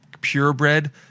purebred